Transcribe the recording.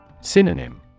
Synonym